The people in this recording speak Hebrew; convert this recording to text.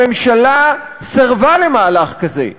הממשלה סירבה למהלך כזה,